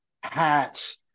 hats